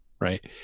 right